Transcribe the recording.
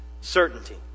Certainty